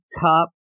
top